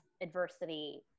adversity